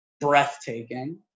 breathtaking